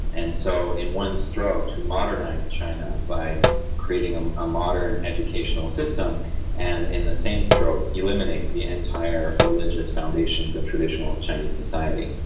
and so in one stroke to modernise china by creating um a modern educational system and in the same stroke eliminate the entire religious foundations of traditional chinese society.